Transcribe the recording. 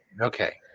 Okay